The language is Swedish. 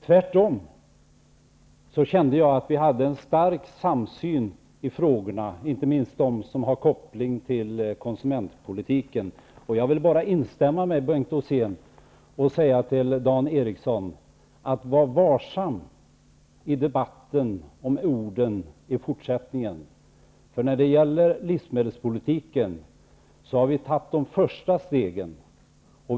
Tvärtom kände jag att vi hade en stark samsyn i dessa frågor, inte minst i dem som har koppling till konsumentpolitiken. Jag vill instämma med Bengr Rosén och säga till Dan Ericsson: Var varsam med orden i debatten i fortsättningen. När det gäller livsmedelspolitiken har vi nu tagit de första stegen.